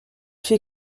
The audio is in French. fait